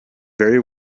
very